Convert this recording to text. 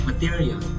material